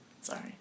Sorry